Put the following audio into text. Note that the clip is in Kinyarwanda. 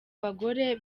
bagore